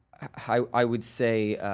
i would say,